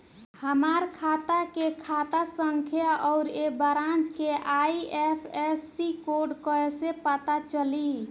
हमार खाता के खाता संख्या आउर ए ब्रांच के आई.एफ.एस.सी कोड कैसे पता चली?